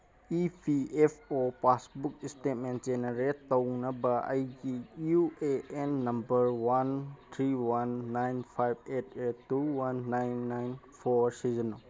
E P F O passbook statement generate ꯇꯧꯅꯕ ꯑꯩꯒꯤ U A N number one three one nine five eight eight two one nine nine four ꯁꯤꯖꯤꯟꯅꯧ